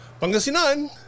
Pangasinan